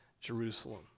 Jerusalem